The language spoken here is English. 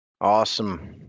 Awesome